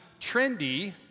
trendy